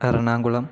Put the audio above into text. Ernakulam